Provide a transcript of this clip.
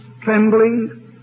trembling